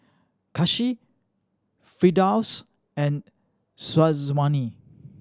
Kasih Firdaus and Syazwani